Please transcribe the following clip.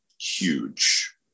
huge